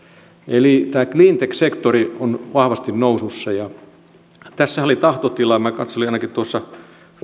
eli tämä cleantech sektori on vahvasti nousussa tässähän oli tahtotila minä katselin että ainakin vielä tuossa